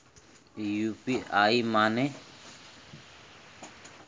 UPI माने?